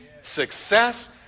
success